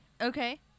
Okay